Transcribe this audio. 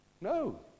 No